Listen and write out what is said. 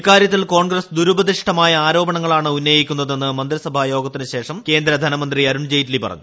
ഈകാര്യത്തിൽ കോൺഗ്രസ്സ് ദുരുപദിഷ്ടമായ ആരോപണങ്ങളാണ് ഉന്നയിക്കുന്നതെന്ന് മന്ത്രിസഭാ യോഗത്തിനു ശേഷം കേന്ദ്ര ധനമന്ത്രി അരുൺ ജയ്റ്റലി പറഞ്ഞു